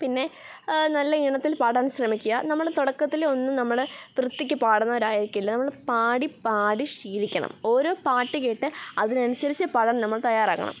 പിന്നെ നല്ല ഈണത്തിൽ പാടാൻ ശ്രമിക്കുക നമ്മൾ തുടക്കത്തിലൊന്നും നമ്മൾ വൃത്തിക്ക് പാടുന്നവരായിരിക്കില്ല നമ്മൾ പാടി പാടി ശീലിക്കണം ഓരോ പാട്ടു കേട്ട് അതിനനുസരിച്ചു പാടാൻ നമ്മൾ തയ്യാറാകണം